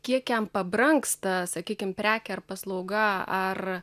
kiek jam pabrangsta sakykim prekė ar paslauga ar